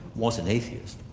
was an atheist.